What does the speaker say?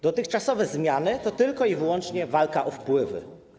Dotychczasowe zmiany to tylko i wyłącznie walka o wpływy.